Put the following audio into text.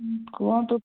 କୁହନ୍ତୁ